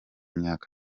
myaka